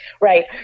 Right